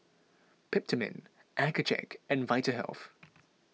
Peptamen Accucheck and Vitahealth